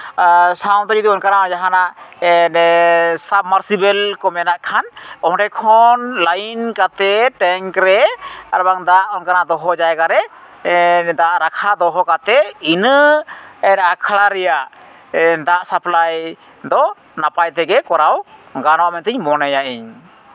ᱟᱨ ᱥᱟᱶᱛᱮ ᱡᱩᱫᱤ ᱚᱱᱠᱟᱱᱟᱜ ᱡᱟᱦᱟᱱᱟᱜ ᱥᱟᱵᱼᱢᱟᱨᱥᱤᱵᱮᱞ ᱠᱚ ᱢᱮᱱᱟᱜ ᱠᱷᱟᱱ ᱚᱸᱰᱮ ᱠᱷᱚᱱ ᱞᱟᱭᱤᱱ ᱠᱟᱛᱮ ᱴᱮᱝᱠ ᱨᱮ ᱟᱨ ᱵᱟᱝ ᱫᱟᱜ ᱚᱱᱠᱟᱱᱟᱜ ᱫᱚᱦᱚ ᱡᱟᱭᱜᱟᱨᱮ ᱫᱟᱜ ᱨᱟᱠᱷᱟ ᱫᱚᱦᱚ ᱠᱟᱛᱮ ᱤᱱᱟᱹ ᱟᱠᱷᱲᱟ ᱨᱮᱭᱟᱜ ᱫᱟᱜ ᱥᱟᱯᱞᱟᱭ ᱫᱚ ᱱᱟᱯᱟᱭ ᱛᱮᱜᱮ ᱞᱚᱨᱟᱣ ᱜᱟᱱᱚᱜᱼᱟ ᱢᱮᱱᱛᱮ ᱢᱚᱱᱮᱭᱟᱹᱧ ᱤᱧ